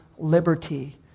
Liberty